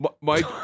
Mike